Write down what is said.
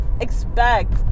expect